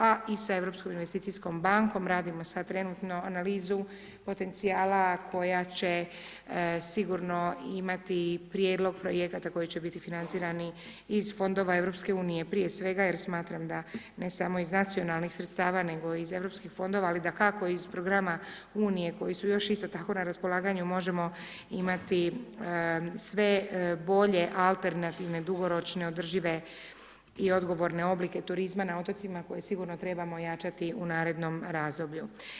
A i sa Europskom investicijskom bankom radimo sad trenutno analizu potencijala koja će sigurno imati i prijedlog projekata koji će biti financirani iz fondova EU prije svega jer smatram da ne samo iz nacionalnih sredstava nego iz europskih fondova ali dakako iz programa Unije koji su još isto tako na raspolaganju možemo imati sve bolje alternativne dugoročne održive i odgovorne oblike turizma na otocima koje sigurno trebamo ojačati u narednom razdoblju.